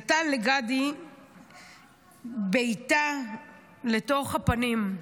נתן לגדי בעיטה לתוך הפנים.